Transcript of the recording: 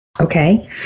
Okay